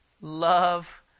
love